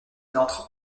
entre